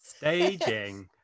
Staging